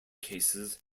cases